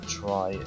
try